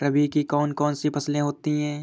रबी की कौन कौन सी फसलें होती हैं?